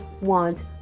Want